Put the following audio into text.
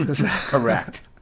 Correct